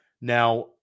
Now